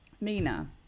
Nina